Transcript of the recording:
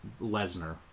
lesnar